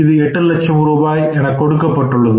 இது எட்டு லட்சம் ரூபாய் என கொடுக்கப்பட்டுள்ளது